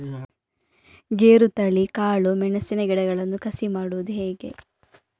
ಗೇರುತಳಿ, ಕಾಳು ಮೆಣಸಿನ ಗಿಡಗಳನ್ನು ಕಸಿ ಮಾಡುವುದು ಹೇಗೆ?